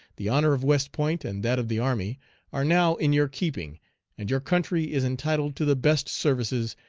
the honor of west point and that of the army are now in your keeping and your country is entitled to the best services,